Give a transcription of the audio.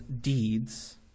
deeds